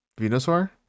Venusaur